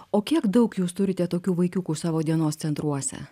o kiek daug jūs turite tokių vaikiukų savo dienos centruose